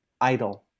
idol